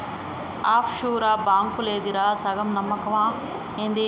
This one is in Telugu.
ఆఫ్ షూర్ బాంకులేందిరా, సగం నమ్మకమా ఏంది